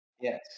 Yes